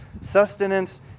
sustenance